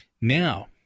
Now